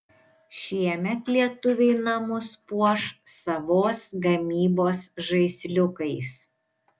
šiemet lietuviai namus puoš savos gamybos žaisliukais